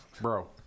bro